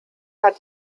hat